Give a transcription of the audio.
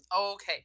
Okay